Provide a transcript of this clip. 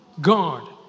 God